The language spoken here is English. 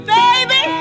baby